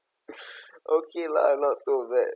okay lah not so bad